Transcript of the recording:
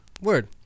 Word